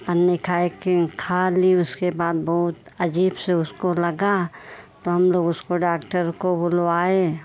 पन्नी खाए क्यों खा ली उसके बाद बहुत अजीब से उसको लगा तो हम लोग उसको डाक्टर को बुलवाए